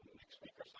next week or